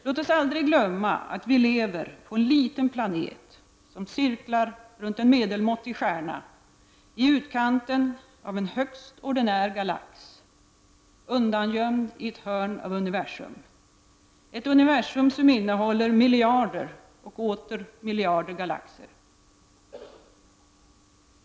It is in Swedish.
Låt oss aldrig glömma att vi lever på en liten planet som cirklar runt en medelmåttig stjärna i utkanten av en högst ordinär galax, undangömd i ett hörn av universum som innehåller miljarder och åter miljarder galaxer.